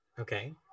Okay